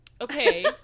okay